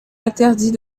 interdit